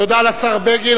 תודה לשר בגין.